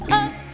up